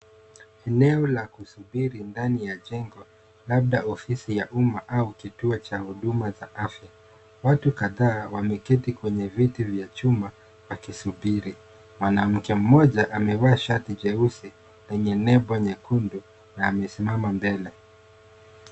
Eneo la kusubiri ndani ya jengo, labda ofisi ya umma au kituo cha huduma cha afya. Watu kadhaa wameketi kwenye viti vya chuma wakisuburi. Mwanamke mmoja amevaa shati jeusi yenye nembo nyekundu na amesimama mbele.